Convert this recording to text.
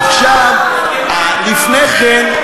לפני כן,